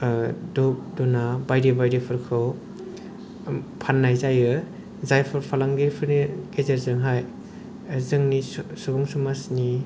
धुप धुना बायदि बायदिफोरखौ फाननाय जायो जायफोर फालांगिफोरनि गेजेरजोंहाय जोंनि सुबुं समाजनि